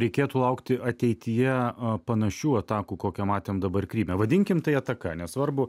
reikėtų laukti ateityje panašių atakų kokią matėm dabar kryme vadinkim tai ataka nesvarbu